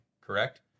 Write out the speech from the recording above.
correct